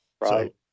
right